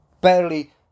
barely